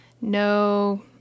no